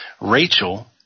Rachel